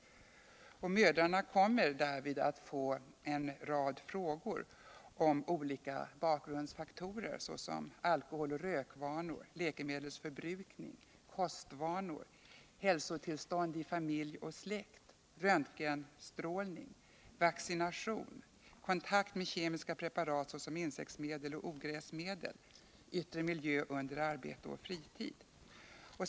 Till mödrarna kommer därvid att ställas en rad frågor om olika bakgrundsfaktorer, såsom alkohol och rökvanor, läkemedelsförbrukning, kostvanor, hälsotillstånd i familj och släkt, röntgenstrålning, vaccination, kontakt med kemiska preparat — insektsmedel och ogräsmedel —- samt yttre miljö under arbete och fritid.